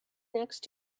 next